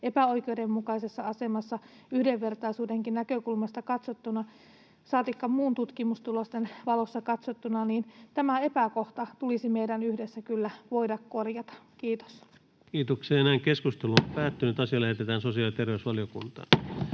epäoikeudenmukaisessa asemassa yhdenvertaisuuden näkökulmasta katsottuna, saatikka muun tutkimustulosten valossa katsottuna. Tämä epäkohta tulisi meidän yhdessä kyllä voida korjata. — Kiitos. Lähetekeskustelua varten esitellään päiväjärjestyksen